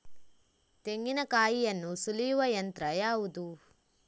ತೆಂಗಿನಕಾಯಿಯನ್ನು ಸುಲಿಯುವ ಯಂತ್ರ ಯಾವುದು?